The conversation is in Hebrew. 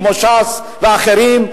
כמו ש"ס ואחרים,